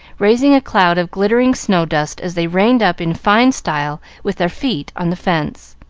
raising a cloud of glittering snow-dust as they reined up in fine style with their feet on the fence.